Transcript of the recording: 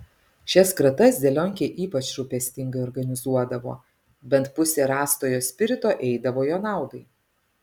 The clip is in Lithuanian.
šias kratas zelionkė ypač rūpestingai organizuodavo bent pusė rastojo spirito eidavo jo naudai